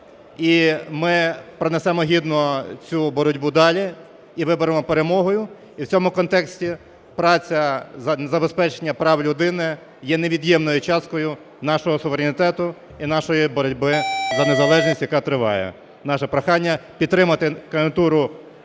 ми пронесемо гідно цю боротьбу далі і виборемо перемогою. І в цьому контексті праця, забезпечення прав людини, є невід'ємною часткою нашого суверенітету і нашої боротьби за незалежність, яка триває. Наше прохання підтримати кандидатуру